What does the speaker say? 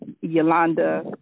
Yolanda